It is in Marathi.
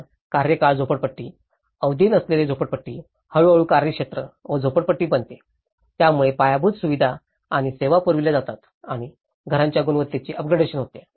तर कार्यकाळ झोपडपट्टी अवधी नसलेली झोपडपट्टी हळूहळू कार्यक्षेत्र व झोपडपट्टी बनते ज्यामुळे पायाभूत सुविधा आणि सेवा पुरविल्या जातात आणि घरांच्या गुणवत्तेचे अपग्रेडेशन होते